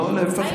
לא, להפך.